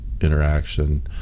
interaction